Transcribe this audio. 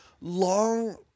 long